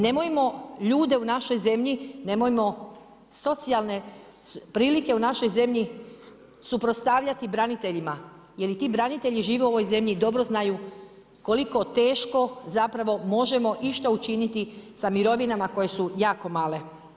Nemojmo ljude u našoj zemlji, nemojmo socijalne prilike u našoj zemlji suprotstavljati braniteljima jer i ti branitelji žive u ovoj zemlji, dobro znaju koliko teško zapravo možemo išta učiniti sa mirovinama koje su jako male.